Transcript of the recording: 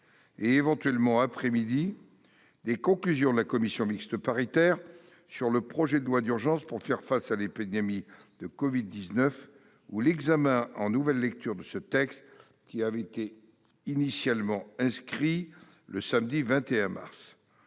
et, éventuellement, après-midi, de l'examen des conclusions de la commission mixte paritaire sur le projet de loi d'urgence pour faire face à l'épidémie de Covid-19 ou de l'examen en nouvelle lecture de ce texte, qui avaient été initialement inscrits le samedi 21 mars.